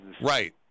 Right